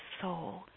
soul